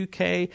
UK